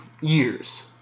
years